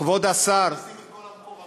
מכניסים את כל המקורבים.